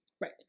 Right